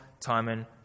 Timon